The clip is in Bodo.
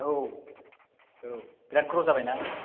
औ औ बिराद ग्र' जाबायना